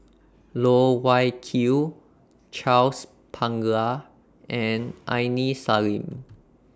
Loh Wai Kiew Charles Paglar and Aini Salim